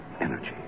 energy